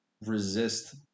resist